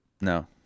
No